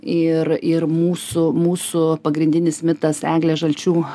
ir ir mūsų mūsų pagrindinis mitas eglė žalčių